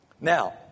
Now